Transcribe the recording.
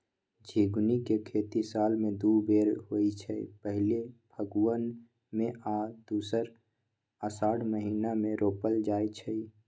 झिगुनी के खेती साल में दू बेर होइ छइ पहिल फगुन में आऽ दोसर असाढ़ महिना मे रोपल जाइ छइ